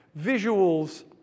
visuals